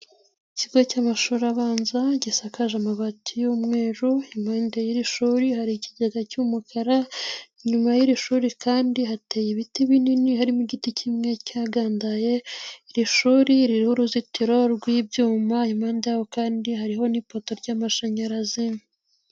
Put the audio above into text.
Ikigo cy'amashuri abanza gisakaje amabati y'umweru, impande y'iri shuri hari ikigega cy'umukara, inyuma y'iri shuri kandi hateye ibiti binini, harimo igiti kimwe cyagandaye, iri shuri ririho uruzitiro rw'ibyuma, impande yaho kandi hariho n'ipoto ry'amashanyarazi.